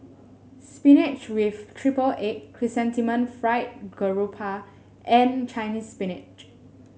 Spinach with Triple Egg Chrysanthemum Fried Garoupa and Chinese Spinach